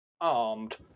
armed